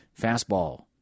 fastball